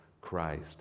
Christ